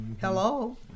hello